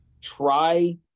try